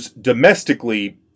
domestically